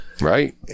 Right